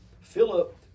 Philip